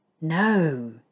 No